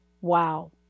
wow